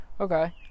Okay